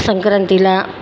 संक्रांतीला